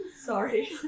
Sorry